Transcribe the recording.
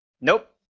nope